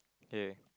okay